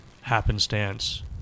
happenstance